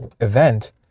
event